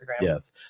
Yes